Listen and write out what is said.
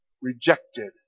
rejected